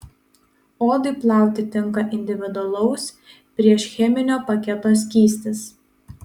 odai plauti tinka individualaus priešcheminio paketo skystis